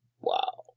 wow